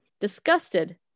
Disgusted